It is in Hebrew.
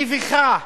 מביכה,